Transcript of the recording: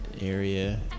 area